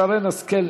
שרן השכל,